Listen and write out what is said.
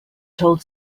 told